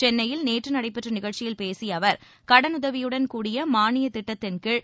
சென்னையில் நேற்று நடைபெற்ற நிகழ்ச்சியில் பேசிய அவர் கடனுதவியுடன் கூடிய மானியத் திட்டத்தின்கீழ்